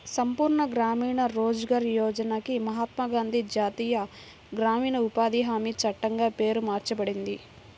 సంపూర్ణ గ్రామీణ రోజ్గార్ యోజనకి మహాత్మా గాంధీ జాతీయ గ్రామీణ ఉపాధి హామీ చట్టంగా పేరు మార్చబడింది